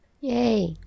Yay